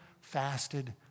fasted